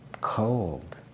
cold